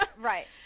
Right